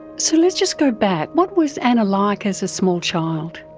so let's just go back. what was anna like as a small child?